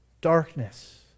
darkness